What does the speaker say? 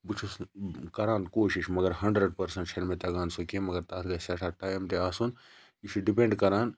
بہٕ چھُس کَران کوٗشِش مَگَر ہَنٛڈریٚڈ پرسَنٛٹ چھَ نہٕ مےٚ تَگان سۄ کینٛہہ مَگَر تَتھ گَژھِ سیٚٹھاہ ٹایِم تہِ آسُن یہِ چھُ ڈِپیٚنٛڈ کَران